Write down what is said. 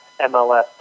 MLS